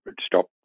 stop